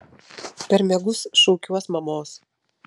per miegus šaukiuos mamos